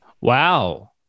Wow